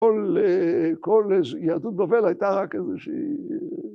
‫כל קורנז, ‫לדובל הייתה כזה שהיא...